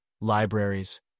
libraries